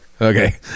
okay